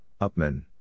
Upman